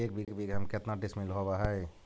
एक बीघा में केतना डिसिमिल होव हइ?